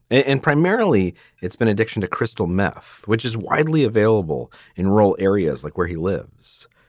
and primarily it's been addiction to crystal meth, which is widely available in rural areas like where he lives.